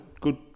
good